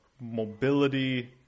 mobility